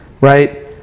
right